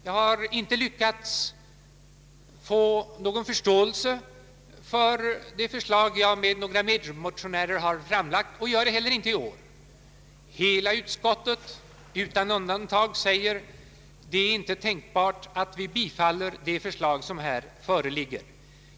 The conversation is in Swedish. Jag har inte lyckats få någon förståelse för det förslag jag framlagt tillsammans med några medmotionärer. Även i år säger utskottet — ett enhälligt utskott — att det inte är tänkbart att tillstyrka det förslag som föreligger.